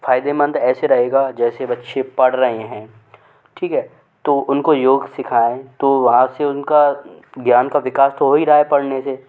फ़ायदेमंद ऐसे रहेगा जैसे बच्चे पढ़ रहे हैं ठीक है तो उनको योग सिखाएं तो वहाँ से उनका ज्ञान का विकास तो हो ही रहा है पढ़ने से